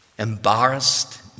Embarrassed